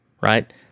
right